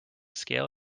scale